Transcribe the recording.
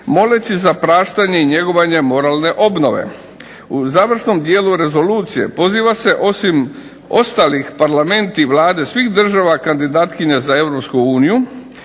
moleći za praštanje i njegovanje moralne obnove. U završnom dijelu rezolucije poziva se osim ostalih parlamenata i Vlade svih država kandidatkinja za EU